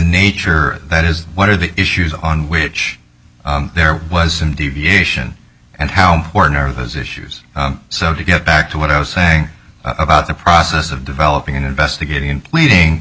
nature of that is what are the issues on which there was an deviation and how important are those issues so to get back to what i was saying about the process of developing in investigating and leading